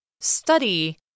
Study